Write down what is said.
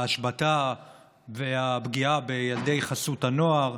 ההשבתה והפגיעה בילדי חסות הנוער,